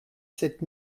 sept